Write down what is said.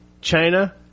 China